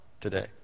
today